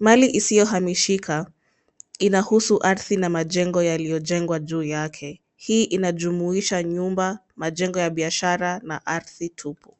Mali isiyohamishika inahusu ardhi na majengo yaliyojengwa juu yake. Hii inajumuisha nyumba, majengo ya biashara na ardhi tupu.